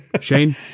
Shane